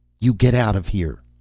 you get out of here!